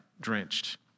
drenched